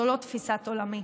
זו לא תפיסת עולמי,